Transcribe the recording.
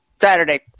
Saturday